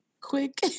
quick